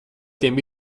tiem